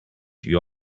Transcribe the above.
you